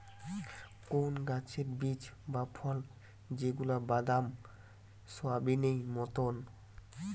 কোন গাছের বীজ বা ফল যেগুলা বাদাম, সোয়াবেনেই মতোন